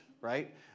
right